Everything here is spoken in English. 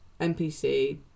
NPC